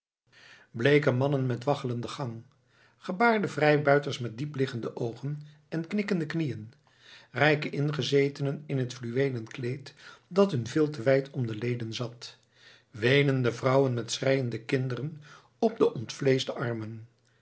bleeke mannen met waggelenden gang gebaarde vrijbuiters met diep liggende oogen en knikkende knieën rijke ingezetenen in het fluweelen kleed dat hun veel te wijd om de leden zat weenende vrouwen met schreiende kinderen op de ontvleeschde armen